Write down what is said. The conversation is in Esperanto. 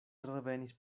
revenis